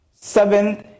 Seventh